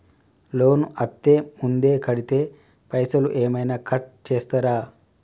Loan అత్తే ముందే కడితే పైసలు ఏమైనా కట్ చేస్తరా?